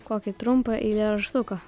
kokį trumpą eilėraštuką